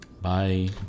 Bye